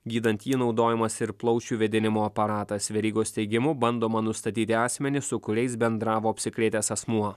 gydant jį naudojamas ir plaučių vėdinimo aparatas verygos teigimu bandoma nustatyti asmenis su kuriais bendravo apsikrėtęs asmuo